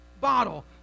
bottle